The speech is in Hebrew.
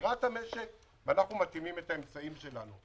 בסגירת המשק ואנחנו מתאימים את האמצעים שלנו.